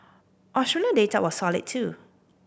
Australian data was solid too